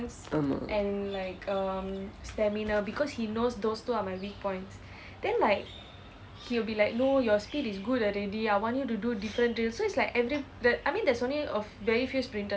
ஆமாம்:aamaam